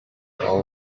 all